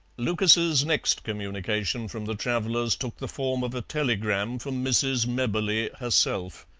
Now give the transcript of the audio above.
lucas's next communication from the travellers took the form of a telegram from mrs. mebberley herself.